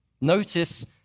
Notice